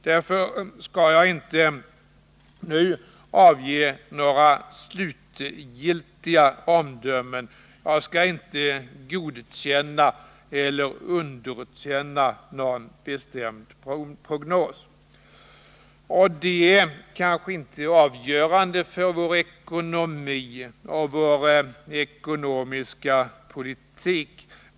Därför skall jag inte nu avge några slutgiltiga omdömen. Jag skall inte godkänna eller underkänna någon bestämd prognos. Vilken exakt försörjningsbalans som i dag är den rätta är kanske inte avgörande för vår ekonomi och vår ekonomiska politik.